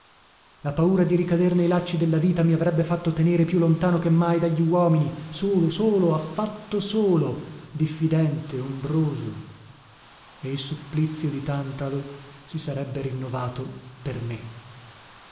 la paura di ricader nei lacci della vita mi avrebbe fatto tenere più lontano che mai dagli uomini solo solo affatto solo diffidente ombroso e il supplizio di tantalo si sarebbe rinnovato per me